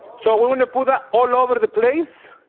so we want to put that all over the place.